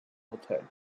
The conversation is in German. hotel